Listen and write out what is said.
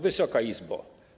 Wysoka Izbo!